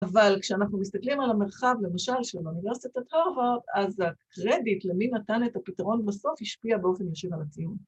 ‫אבל כשאנחנו מסתכלים על המרחב, ‫למשל שלאוניברסיטת הרווארד, ‫אז הקרדיט למי נתן את הפתרון בסוף ‫השפיע באופן ישיר על הציון.